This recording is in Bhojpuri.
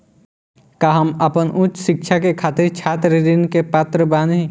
का हम आपन उच्च शिक्षा के खातिर छात्र ऋण के पात्र बानी?